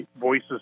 voices